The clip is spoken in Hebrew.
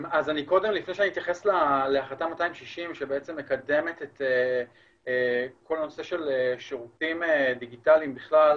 לפני שאתייחס להחלטה 260 שמקדמת את כל הנושא של שירותים דיגיטליים בכלל,